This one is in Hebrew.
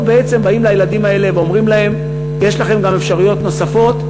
פה בעצם באים אל הילדים האלה ואומרים להם: יש לכם גם אפשרויות נוספות,